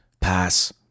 Pass